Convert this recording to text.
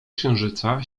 księżyca